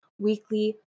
weekly